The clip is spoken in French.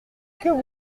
que